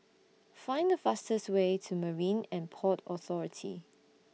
Find The fastest Way to Marine and Port Authority